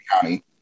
county